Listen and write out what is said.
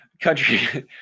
Country